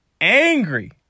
angry